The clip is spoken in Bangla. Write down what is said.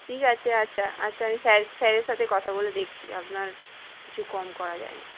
ঠিক আছে আচ্ছা আচ্ছা আমি স্যার স্যারের সাথে কথা বলে দেখছি আপনার কছু কম করা যায় নাকি